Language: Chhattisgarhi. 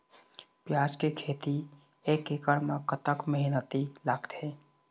प्याज के खेती एक एकड़ म कतक मेहनती लागथे?